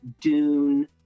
Dune